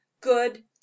good